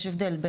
יש הבדל,